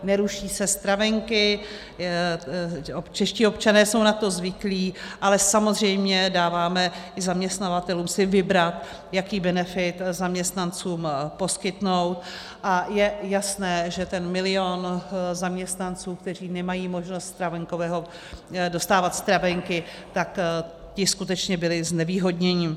Neruší se stravenky, čeští občané jsou na to zvyklí, ale samozřejmě dáváme zaměstnavatelům si vybrat, jaký benefit zaměstnancům poskytnout, a je jasné, že ten milion zaměstnanců, kteří nemají možnost dostávat stravenky, tak ti skutečně byli znevýhodněni.